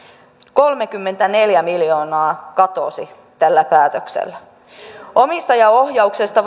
kolmekymmentäneljä miljoonaa katosi tällä päätöksellä omistajaohjauksesta